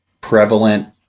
prevalent